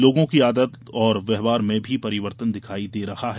लोगों की आदत और व्यवहार में भी परिवर्तन दिखाई दे रहा है